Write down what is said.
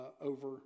over